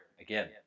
again